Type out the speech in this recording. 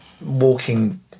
walking